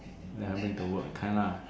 then I bring to work that kind lah